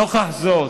נוכח זאת,